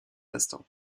instant